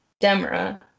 Demra